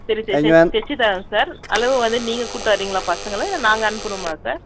சரி சார் தைச்சு தரேன்ங்க சார் அளவு வந்து நீங்கள் கூப்ட்டு வரிங்களா பசங்களை இல்லை நாங்கள் அனுப்பணுமா சார்